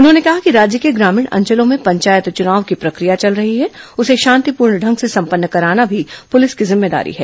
उन्होंने कहा कि राज्य के ग्रामीण अंचलों में पंचायत चुनाव की प्रक्रिया चल रही है उसे शांतिपूर्ण ढंग से संपन्न कराना भी पुलिस की जिम्मेदारी है